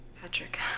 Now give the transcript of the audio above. Patrick